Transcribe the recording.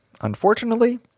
unfortunately